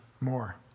more